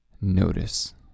notice